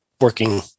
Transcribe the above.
working